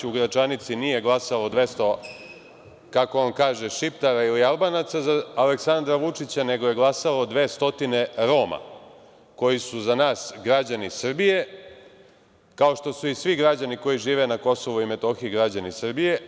U Gračanici nije glasalo 200, kako on kaže, Šiptara ili Albanaca za Aleksandra Vučića, nego je glasalo 200 Roma, koji su za nas građani Srbije, kao što su i svi građani koji žive na Kosovu i Metohiji građani Srbije.